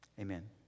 Amen